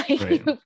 Right